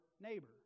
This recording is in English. neighbor